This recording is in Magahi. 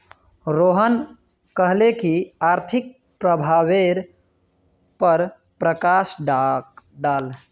रोहन कहले की आर्थिक प्रभावेर पर प्रकाश डाल